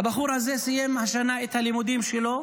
הבחור הזה סיים השנה את הלימודים שלו,